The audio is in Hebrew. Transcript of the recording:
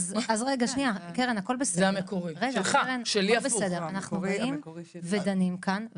אנחנו מבאים ודנים כאן,